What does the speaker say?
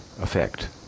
effect